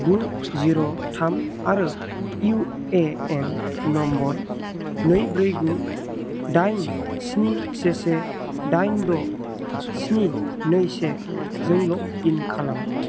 गु जिर' थाम आरो इउ ए एन नम्बर नै ब्रै गु दाइन सिनि से से दाइन द' स्नि नै से जों लग इन खालाम